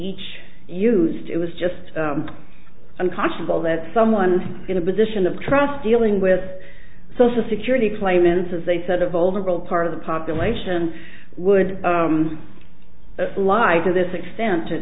each used it was just unconscionable that someone in a position of trust dealing with social security claimants as they said a vulnerable part of the population would live to this extent to